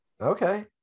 Okay